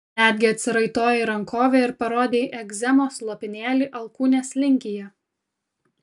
netgi atsiraitojai rankovę ir parodei egzemos lopinėlį alkūnės linkyje